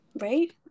right